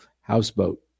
houseboat